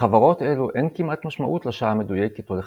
בחברות אלו אין כמעט משמעות לשעה המדויקת או לחלקיה.